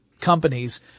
companies